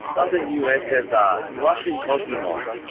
other ussr russian cosmonauts